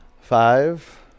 Five